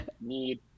need